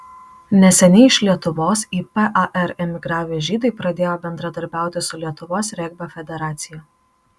neseniai iš lietuvos į par emigravę žydai pradėjo bendradarbiauti su lietuvos regbio federacija